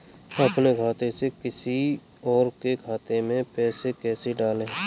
अपने खाते से किसी और के खाते में पैसे कैसे डालें?